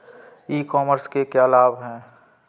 ई commerce के क्या क्या लाभ हैं?